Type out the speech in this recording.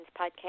podcast